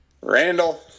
Randall